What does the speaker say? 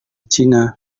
cina